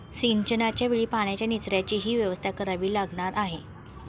सिंचनाच्या वेळी पाण्याच्या निचर्याचीही व्यवस्था करावी लागणार आहे